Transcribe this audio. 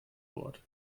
wort